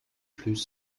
plus